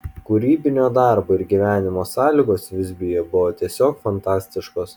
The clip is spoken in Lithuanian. kūrybinio darbo ir gyvenimo sąlygos visbiuje buvo tiesiog fantastiškos